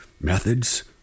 Methods